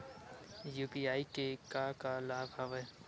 UPI के का का लाभ हवय?